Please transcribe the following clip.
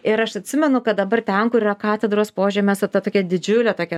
ir aš atsimenu kad dabar ten kur yra katedros požemiuose ta tokia didžiulė tokia